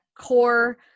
core